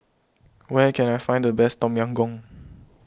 where can I find the best Tom Yam Goong